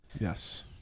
Yes